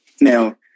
Now